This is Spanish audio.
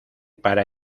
para